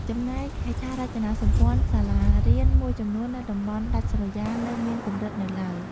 ចំណែកហេដ្ឋារចនាសម្ព័ន្ធសាលារៀនមួយចំនួននៅតំបន់ដាច់ស្រយាលនៅមានកម្រិតនៅឡើយ។